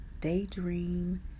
daydream